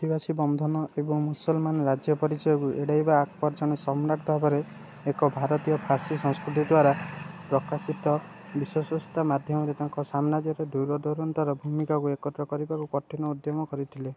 ଆଦିବାସୀ ବନ୍ଧନ ଏବଂ ମୁସଲମାନ୍ ରାଜ୍ୟ ପରିଚୟକୁ ଏଡ଼ାଇ ଆକବର ଜଣେ ସମ୍ରାଟ ଭାବରେ ଏକ ଭାରତୀୟ ପାର୍ସୀ ସଂସ୍କୃତି ଦ୍ଵାରା ପ୍ରକାଶିତ ବିଶ୍ୱସ୍ତତା ମାଧ୍ୟମରେ ତାଙ୍କ ସାମ୍ରାଜ୍ୟର ଦୂରଦୂରାନ୍ତର ଭୂମିକୁ ଏକତ୍ର କରିବାକୁ କଠିନ ଉଦ୍ୟମ କରିଥିଲେ